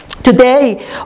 Today